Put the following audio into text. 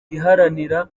iharanira